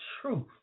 truth